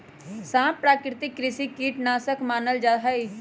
सांप प्राकृतिक कृषि कीट नाशक मानल जा हई